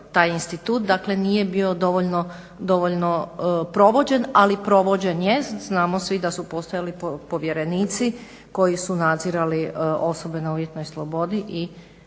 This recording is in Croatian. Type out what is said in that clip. taj institut dakle nije bio dovoljno provođen. Ali provođen jest, znamo svi da su postojali povjerenici koji su nadzirali osobe na uvjetnoj slobodi i